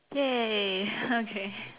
!yay! okay